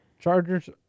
Chargers